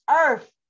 earth